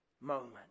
moment